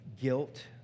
guilt